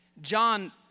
John